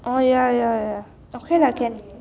oh ya ya ya okay lah can